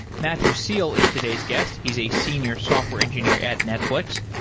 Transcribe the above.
matthew seal is today's guest. he's a senior software engineer at netflix,